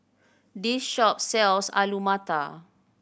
this shop sells Alu Matar